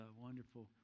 wonderful